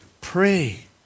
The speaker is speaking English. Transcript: pray